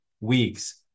weeks